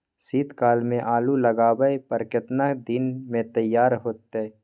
शीत काल में आलू लगाबय पर केतना दीन में तैयार होतै?